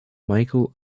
michael